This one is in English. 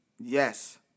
yes